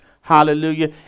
hallelujah